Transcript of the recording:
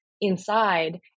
inside